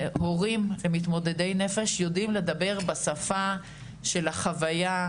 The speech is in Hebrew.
שהורים למתמודדי נפש יודעים לדבר בשפה של החוויה,